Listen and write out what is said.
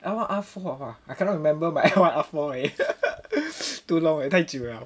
l one r four ah I cannot remember my l one r four eh too long already 太久 liao